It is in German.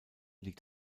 liegt